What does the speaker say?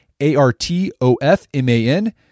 A-R-T-O-F-M-A-N